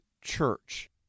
church